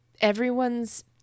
everyone's